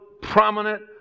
prominent